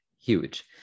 huge